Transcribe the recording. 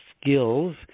skills